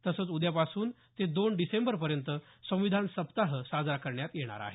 तसंच उद्यापासून ते दोन डिसेंबर पर्यंत संविधान सप्ताह साजरा करण्यात येणार आहे